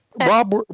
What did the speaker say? Rob